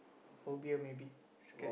a phobia maybe scared